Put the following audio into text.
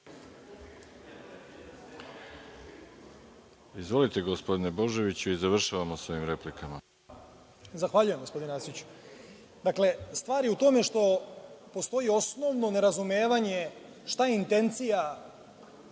Izvolite, gospodine Božoviću, i završavamo sa ovim replikama. **Balša Božović** Zahvaljujem, gospodine Arsiću. Dakle, stvar je u tome što postoji osnovno nerazumevanje šta je intencija